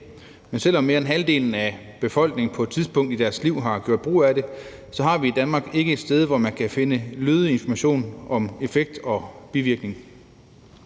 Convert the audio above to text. Men selv om mere end halvdelen af befolkningen på et tidspunkt i deres liv har gjort brug af det, har vi i Danmark ikke et sted, hvor man kan finde lødig information om effekt og bivirkning.